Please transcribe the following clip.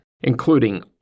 including